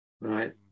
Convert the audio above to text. Right